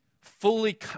fully